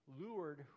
lured